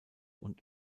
und